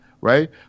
right